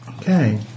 okay